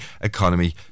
economy